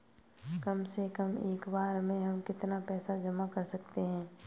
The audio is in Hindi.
कम से कम एक बार में हम कितना पैसा जमा कर सकते हैं?